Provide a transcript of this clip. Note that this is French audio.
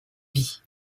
vie